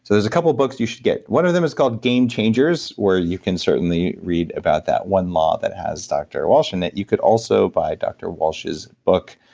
there's a couple of books you should get. one of them is called game changers, where you can certainly read about that one law that has dr. walsh in it. you could also by dr. walsh's book,